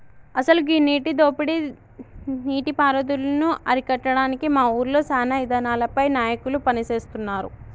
అసలు గీ నీటి దోపిడీ నీటి పారుదలను అరికట్టడానికి మా ఊరిలో సానా ఇదానాలపై నాయకులు పని సేస్తున్నారు